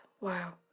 Wow